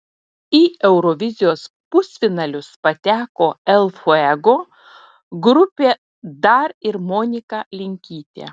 į eurovizijos pusfinalius pateko el fuego grupė dar ir monika linkytė